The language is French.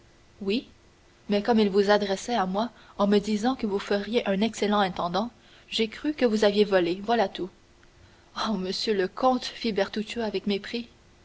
oui mais comme il vous adressait à moi en me disant que vous feriez un excellent intendant j'ai cru que vous aviez volé voilà tout oh monsieur le comte fit bertuccio avec mépris